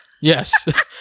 Yes